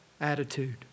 attitude